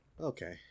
Okay